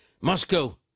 Moscow